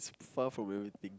far from everything